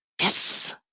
Yes